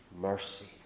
mercy